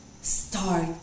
start